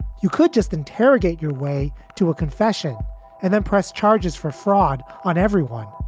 you could just interrogate your way to a confession and then press charges for fraud on everyone.